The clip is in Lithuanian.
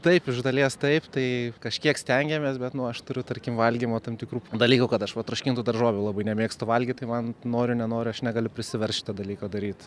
taip iš dalies taip tai kažkiek stengiamės bet nu aš turiu tarkim valgymo tam tikrų dalykų kad aš va troškintų daržovių labai nemėgstu valgyt tai man noriu nenoriu aš negaliu prisiverst šito dalyko daryt